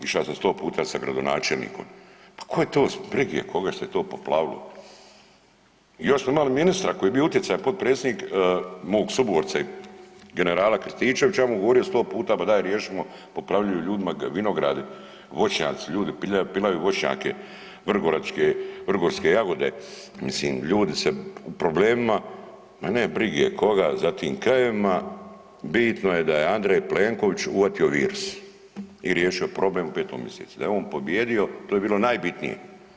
Išao sam 100 puta sa gradonačelnikom. … [[ne razumije se]] briga je koga što je to poplavilo i još smo imali ministra koji je bio utjecajan, potpredsjednika mog suborca i generala Krstičevića, ja mu govorio 100 puta pa daj riješimo, poplavljuju ljudima vinogradi, voćnjaci, ljudi pilaju voćnjake vrgoračke, vrgorske jagode, mislim ljudi su u problemima, ma ne brige koga za tim krajevima, bitno je da Andrej Plenković uvatio virus i riješio problem u 5. mjesecu, da je on pobijedio to je bilo najbitnije.